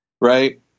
right